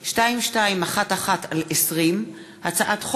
פ/2211/20 וכלה בהצעת